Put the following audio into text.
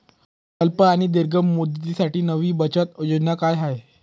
अल्प आणि दीर्घ मुदतीसाठी नवी बचत योजना काय आहे?